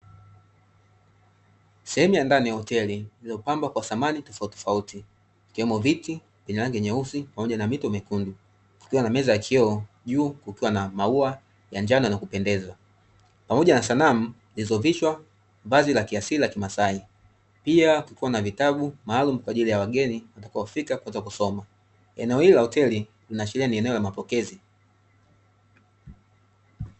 Sehemu ya ndani ya hoteli, iliyopambwa na samani tofautitofauti; ikiwemo viti vyenye rangi nyeusi na mito mekundu, kukiwa na meza ya vioo, juu kukiwa na maua ya njano na kupendeza, pamoja na sanamu lililovishwa vazi la kiasili la kimasai, pia kukiwa na vitabu maalumu kwa ajili ya wageni wanaofika kwaajili ya kusoma. Eneo hili la hoteli linaashiria ni eneo la mapokezi.